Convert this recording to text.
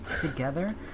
Together